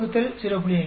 72 0